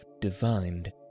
divined